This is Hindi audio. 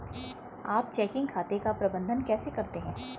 आप चेकिंग खाते का प्रबंधन कैसे करते हैं?